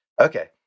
Okay